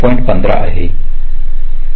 15